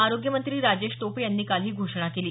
आरोग्यमंत्री राजेश टोपे यांनी काल ही घोषणा केली